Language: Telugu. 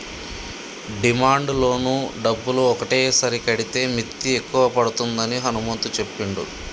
డిమాండ్ లోను డబ్బులు ఒకటేసారి కడితే మిత్తి ఎక్కువ పడుతుందని హనుమంతు చెప్పిండు